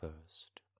first